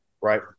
Right